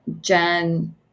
Jen